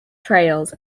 trails